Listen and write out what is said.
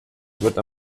wird